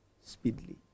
speedily